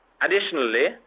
Additionally